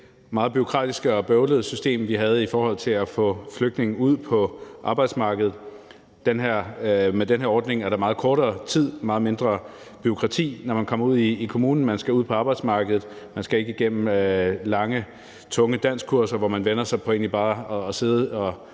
meget bureaukratiske og bøvlede system, vi havde i forhold til at få flygtninge ud på arbejdsmarkedet. Med den her ordning er der meget kortere tid, meget mindre bureaukrati, når man kommer ud i kommunen, for man skal ud på arbejdsmarkedet, man skal ikke igennem lange, tunge danskkurser, hvor man bare sidder og